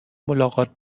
ملاقات